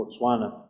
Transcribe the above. Botswana